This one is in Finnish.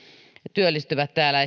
työllistyvät täällä